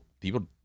people